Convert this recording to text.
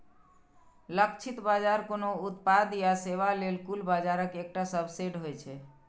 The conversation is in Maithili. लक्षित बाजार कोनो उत्पाद या सेवा लेल कुल बाजारक एकटा सबसेट होइ छै